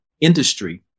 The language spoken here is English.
industry